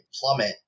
plummet